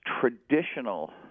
traditional